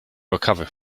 recover